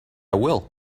will